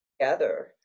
together